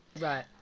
right